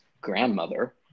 grandmother